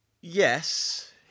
Yes